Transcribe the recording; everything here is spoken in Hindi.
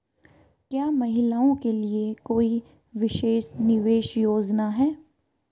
क्या महिलाओं के लिए कोई विशेष निवेश योजना है?